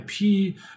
IP